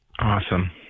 Awesome